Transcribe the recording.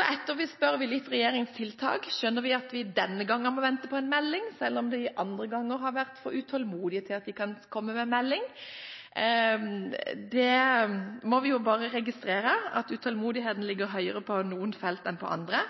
vi etterspør litt regjeringens tiltak, skjønner vi at vi denne gangen må vente på en melding – selv om de andre ganger har vært for utålmodige til at de kan komme med melding. Vi må jo bare registrere at utålmodigheten er større på noen felt enn på andre.